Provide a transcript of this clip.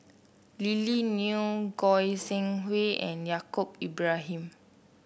Lily Neo Goi Seng Hui and Yaacob Ibrahim